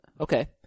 Okay